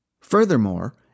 Furthermore